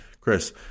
Chris